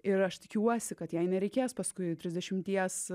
ir aš tikiuosi kad jai nereikės paskui trisdešimties